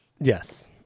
Yes